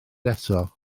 eto